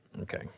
Okay